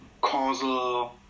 causal